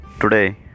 today